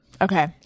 Okay